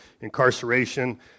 incarceration